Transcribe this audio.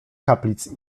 kaplic